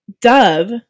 Dove